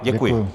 Děkuji.